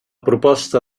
proposta